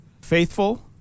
faithful